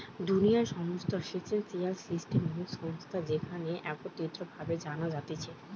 দুনিয়ার সমস্ত financial system এবং সংস্থা যেখানে একত্রিত ভাবে জানা যাতিছে